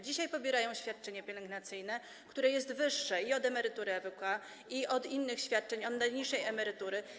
Dzisiaj pobierają świadczenie pielęgnacyjne, które jest wyższe i od emerytury EWK, i od innych świadczeń, od najniższej emerytury.